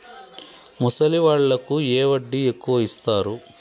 ముసలి వాళ్ళకు ఏ వడ్డీ ఎక్కువ ఇస్తారు?